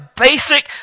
basic